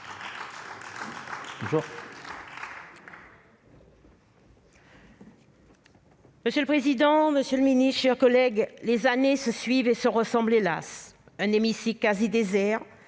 Monsieur le président, monsieur le ministre, mes chers collègues, les années se suivent et se ressemblent, hélas ! Un hémicycle quasi désert,